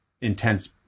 intense